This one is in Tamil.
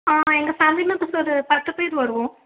ஆ எங்கள் ஃபேம்லி மெம்பர்ஸ் ஒரு பத்து பேர் வருவோம்